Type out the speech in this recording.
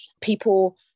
people